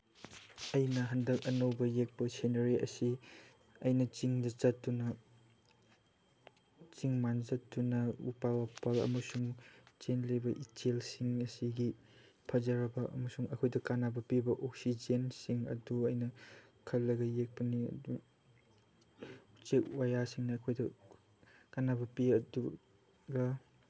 ꯑꯩꯅ ꯍꯟꯗꯛ ꯌꯦꯛꯄ ꯑꯅꯧꯕ ꯁꯤꯅꯔꯤ ꯑꯁꯤ ꯑꯩꯅ ꯆꯤꯡꯗ ꯆꯠꯇꯨꯅ ꯆꯤꯡ ꯃꯥꯟ ꯆꯠꯇꯨꯅ ꯎꯄꯥꯜ ꯋꯄꯥꯜ ꯑꯃꯁꯨꯡ ꯆꯦꯜꯂꯤꯕ ꯏꯆꯦꯜꯁꯤꯡ ꯑꯁꯤꯒꯤ ꯐꯖꯔꯕ ꯑꯃꯁꯨꯡ ꯑꯩꯈꯣꯏꯗ ꯀꯥꯟꯅꯕ ꯄꯤꯕ ꯑꯣꯛꯁꯤꯖꯦꯟꯁꯤꯡ ꯑꯗꯨ ꯑꯩꯅ ꯈꯜꯂꯒ ꯌꯦꯛꯄꯅꯤ ꯑꯗꯨ ꯎꯆꯦꯛ ꯋꯌꯥꯁꯤꯡꯅ ꯑꯩꯈꯣꯏꯗ ꯀꯥꯟꯅꯕ ꯄꯤ ꯑꯗꯨꯒ